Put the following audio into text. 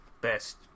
best